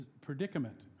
predicament